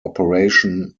operation